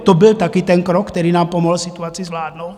To byl také ten krok, který nám pomohl situaci zvládnout?